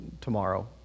tomorrow